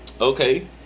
Okay